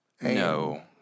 No